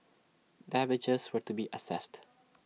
damages were to be assessed